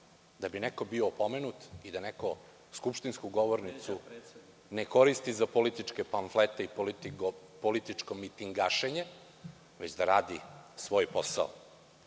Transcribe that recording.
da bi neko bio opomenut, i da neko skupštinsku govornicu ne koristi za političke pamflete i političko mitingašenje, već da radi svoj posao? Za